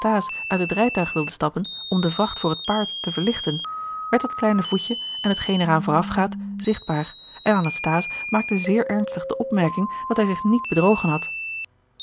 uit het rijtuig wilde stappen om de vracht voor het paard te verlichten werd dat kleine voetje en hetgeen er aan voorafgaat zichtbaar en anasthase maakte zeer ernstig de opmerking dat hij zich niet bedrogen had